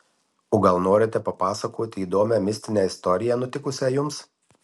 o gal norite papasakoti įdomią mistinę istoriją nutikusią jums